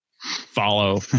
follow